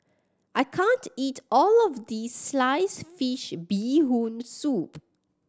I can't eat all of this sliced fish Bee Hoon Soup